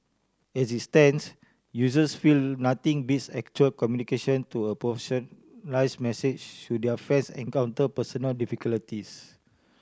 as it stands users feel nothing beats actual communication through a message should their friends encounter personal